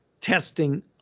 testing